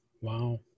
Wow